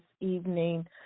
evening